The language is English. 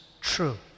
true